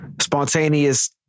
Spontaneous